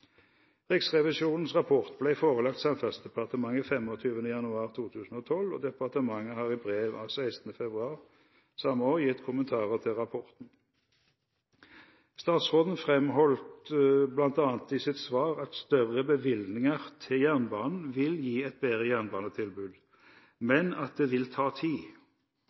Riksrevisjonens rapport ble forelagt Samferdselsdepartementet den 25. januar 2012, og departementet har i brev av den 16. februar samme år gitt kommentarer til rapporten. Statsråden framholdt bl.a. i sitt svar at større bevilgninger til jernbanen vil gi et bedre jernbanetilbud, men at det vil ta tid.